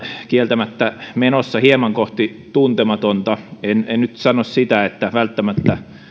kieltämättä menossa hieman kohti tuntematonta en en nyt sano sitä että